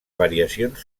variacions